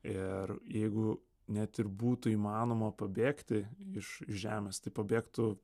ir jeigu net ir būtų įmanoma pabėgti iš žemės tai pabėgtų